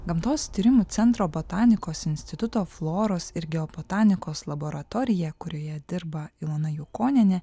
gamtos tyrimų centro botanikos instituto floros ir geobotanikos laboratorija kurioje dirba ilona jukonienė